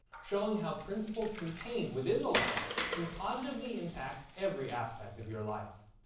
showing how principles contained within the law can positively impact every aspect of your life.